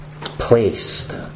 placed